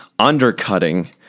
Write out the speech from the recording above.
undercutting